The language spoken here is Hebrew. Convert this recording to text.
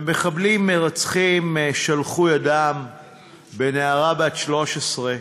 מחבלים מרצחים שלחו ידם בנערה בת 13,